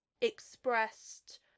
expressed